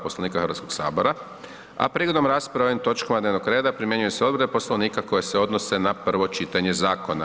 Poslovnika Hrvatskog sabora, a prigodom rasprave o ovim točkama dnevnog reda primjenjuju se odredbe Poslovnika koje se odnose na prvo čitanje zakona.